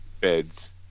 beds